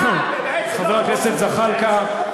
חבר הכנסת זחאלקה,